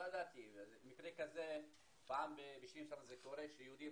אין מצב כזה שמדינת ישראל תהיה חסומה.